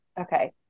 Okay